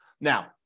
Now